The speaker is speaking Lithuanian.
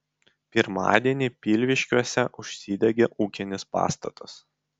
pirmadienį pilviškiuose užsidegė ūkinis pastatas